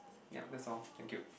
yup that's all thank you